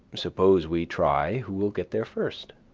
suppose we try who will get there first.